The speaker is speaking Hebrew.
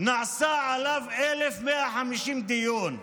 נעשו עליו 1,150 דיונים.